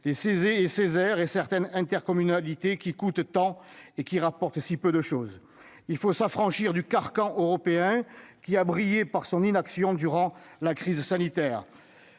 régionaux (CESER), et certaines intercommunalités qui coûtent tant et rapportent si peu. Il faut s'affranchir du carcan européen, qui a brillé par son inaction durant la crise sanitaire.